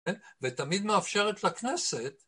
ותמיד מאפשרת לכנסת